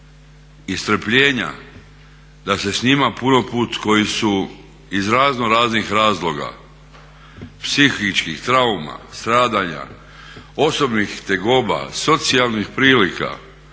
i strpljenja da se s njima puno puta koji su iz razno raznih razloga psihičkih trauma, stradanja, osobnih tegoba, socijalnih prilika